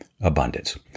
Abundance